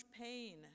pain